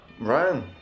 Ryan